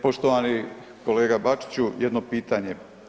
Poštovani kolega Bačiću, jedno pitanje.